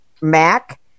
Mac